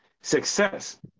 success